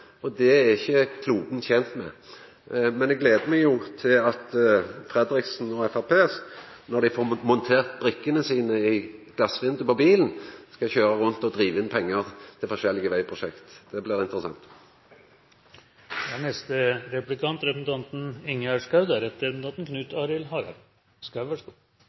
og det er ikkje kloden tent med. Men eg gler meg til at representanten Fredriksen og Framstegspartiet – når dei får montert brikkene sine i glasruta på bilen – skal køyra rundt og driva inn pengar til forskjellige vegprosjekt. Det blir interessant. I motsetning til representanten